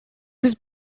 was